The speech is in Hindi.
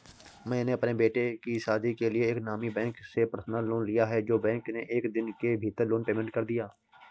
मैंने अपने बेटे की शादी के लिए एक नामी बैंक से पर्सनल लोन लिया है जो बैंक ने एक दिन के भीतर लोन पेमेंट कर दिया